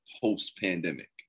post-pandemic